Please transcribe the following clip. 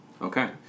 Okay